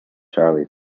charlie